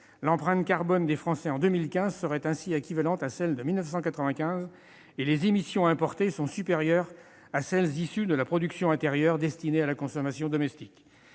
L'empreinte carbone des Français en 2015 serait ainsi équivalente à celle de 1995 [et] les émissions importées sont supérieures à celles issues de la production intérieure destinée à la consommation domestique.